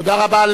תודה רבה.